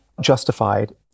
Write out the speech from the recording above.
justified